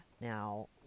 Now